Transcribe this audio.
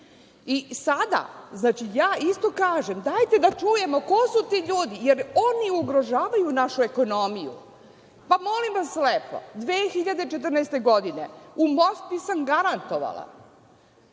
reeksport. Sada, ja isto kažem, dajte da čujemo ko su ti ljudi, jer oni ugrožavaju našu ekonomiju. Pa, molim vas lepo, 2014. godine u Moskvi sam garantovala